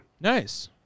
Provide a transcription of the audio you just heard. Nice